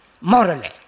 morally